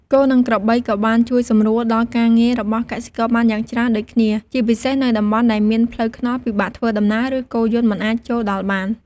គោ និងក្របីក៏បានជួយសម្រួលដល់ការងាររបស់កសិករបានយ៉ាងច្រើនដូចគ្នា ជាពិសេសនៅតំបន់ដែលមានផ្លូវថ្នល់ពិបាកធ្វើដំណើរ ឬគោយន្តមិនអាចចូលដល់បាន។